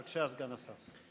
בבקשה, סגן השר.